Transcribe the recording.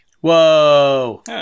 Whoa